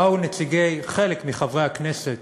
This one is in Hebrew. באו חלק מחברי הכנסת